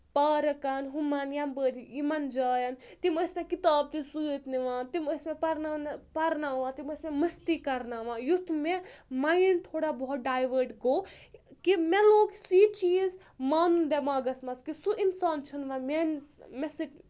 پارکان ہُمَن یَپٲرۍ یِمَن جایَن تِم ٲسۍ مےٚ کِتاب تہِ سۭتۍ نِوان تِم ٲسۍ مےٚ پَرناونہٕ پَرناوان تِم ٲسۍ مےٚ مٔستی کَرناوان یُتھ مےٚ مایِنٛڈ تھوڑا بہت ڈایوٲٹ گوٚو کہِ مےٚ لوگ سُہ یہِ چیٖز مانُن دؠماغَس منٛز کہِ سُہ اِنسان چھُنہٕ وَن میانِس مےٚ سۭتۍ